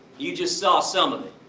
you just saw some of it.